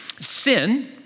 Sin